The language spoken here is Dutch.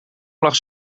lag